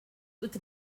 with